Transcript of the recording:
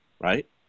right